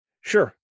Sure